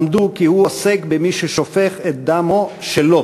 למדו כי הוא עוסק במי ששופך את דמו שלו.